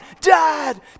dad